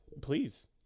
Please